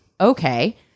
okay